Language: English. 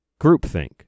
Groupthink